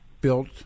built